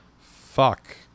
Fuck